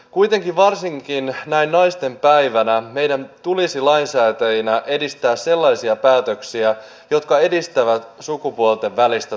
kuitenkin varsinkin näin naistenpäivänä meidän tulisi lainsäätäjinä edistää sellaisia päätöksiä jotka edistävät sukupuolten välistä tasa arvoa